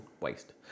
waste